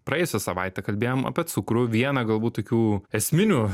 praėjusią savaitę kalbėjom apie cukrų vieną galbūt tokių esminių